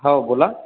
हो बोला